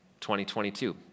2022